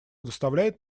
доставляет